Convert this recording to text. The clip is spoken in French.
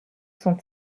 sont